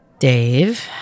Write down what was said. Dave